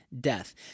death